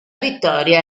vittoria